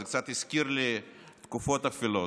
זה קצת הזכיר לי תקופות אפלות.